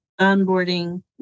onboarding